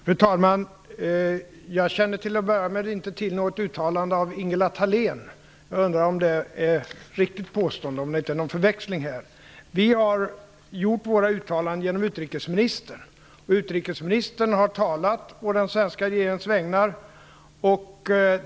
Fru talman! Jag känner till att börja med inte till något uttalande av Ingela Thalén. Jag undrar om det är ett riktigt påstående och om det inte är en förväxling. Vi har gjort våra uttalanden genom utrikesministern. Utrikesministern har talat å den svenska regeringens vägnar.